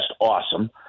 awesome